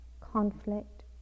conflict